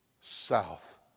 south